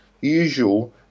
usual